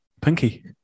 Pinky